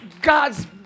God's